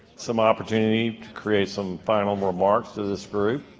some opportunity to create some final remarks to this group.